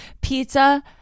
pizza